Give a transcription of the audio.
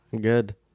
Good